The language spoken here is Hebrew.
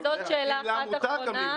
אם לא מותר, גם לי מותר.